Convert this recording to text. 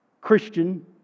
Christian